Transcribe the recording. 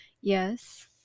yes